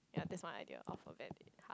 ya that's my idea of a bad date